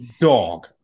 dog